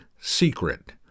secret